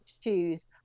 choose